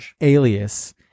alias